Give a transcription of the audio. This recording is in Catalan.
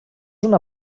una